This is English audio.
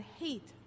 hate